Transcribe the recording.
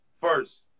first